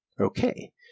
Okay